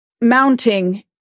mounting